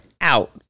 out